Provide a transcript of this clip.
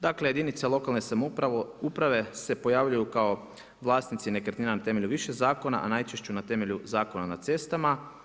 Dakle, jedinice lokalne samouprave se pojavljuju kao vlasnici nekretnina temeljem više zakona, a najčešće na temelju Zakona na cestama.